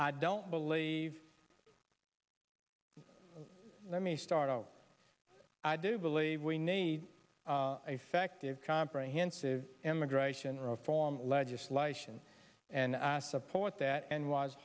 i don't believe let me start out i do believe we need a fact comprehensive immigration reform legislation and i support that and was